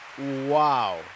Wow